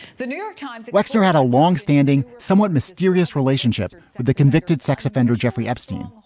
the new york times wexner had a longstanding, somewhat mysterious relationship with the convicted sex offender, jeffrey epstein.